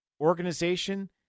organization